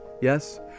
yes